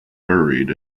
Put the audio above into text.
buried